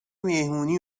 مهمونی